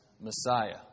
Messiah